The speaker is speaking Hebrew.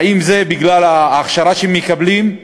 האם זה בגלל ההכשרה שהם מקבלים?